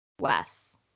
Wes